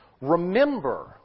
Remember